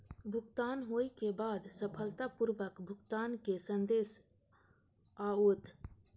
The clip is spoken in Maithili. भुगतान होइ के बाद सफलतापूर्वक भुगतानक संदेश आओत